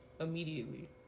immediately